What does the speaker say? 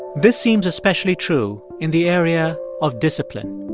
this seems especially true in the area of discipline.